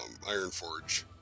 Ironforge